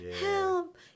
help